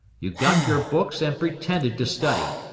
you got your books and pretended to study.